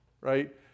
right